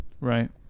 Right